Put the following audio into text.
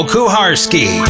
Kuharski